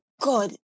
god